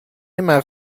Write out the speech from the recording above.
مغر